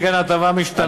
שכן ההטבה משתנה בהתאם,